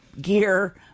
Gear